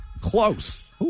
Close